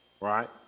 right